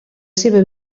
seva